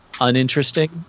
uninteresting